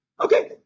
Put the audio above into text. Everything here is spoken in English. okay